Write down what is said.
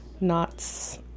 knots